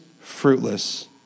fruitless